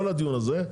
לא לדיון הזה,